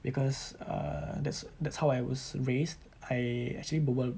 because uh that's that's how I was raised I actually berbual